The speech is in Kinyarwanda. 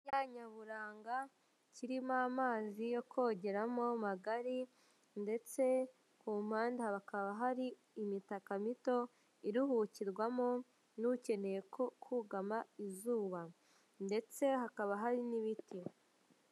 Icyanya nyaburanga kirimo amazi yo kogeramo magari ndetse kumpande hakaba hari imitaka mito iruhukirwamo n'ukeneye kugama izuba ndetse hakaba hari n'ibiti.